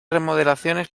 remodelaciones